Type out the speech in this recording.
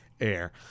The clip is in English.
air